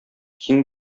киң